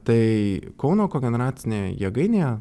tai kauno kogeneracinėje jėgainėje